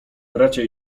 bracia